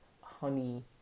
honey